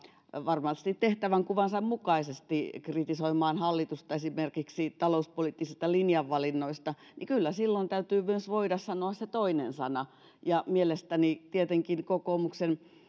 varmasti tehtävänkuvansa mukaisesti kritisoimaan hallitusta esimerkiksi talouspoliittisista linjavalinnoista niin kyllä siinä vaiheessa täytyy myös voida sanoa se toinen sana mielestäni kokoomuksen